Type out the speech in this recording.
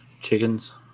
chickens